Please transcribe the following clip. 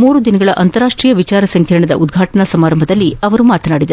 ಮೂರು ದಿನಗಳ ಅಂತರಾಷ್ಟೀಯ ವಿಚಾರ ಸಂಕಿರಣದ ಉದ್ವಾಟನಾ ಸಮಾರಂಭದಲ್ಲಿ ಅವರು ಮಾತನಾಡಿದರು